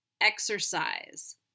Exercise